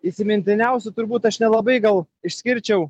įsimintiniausiu turbūt aš nelabai gal išskirčiau